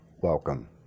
welcome